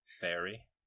fairy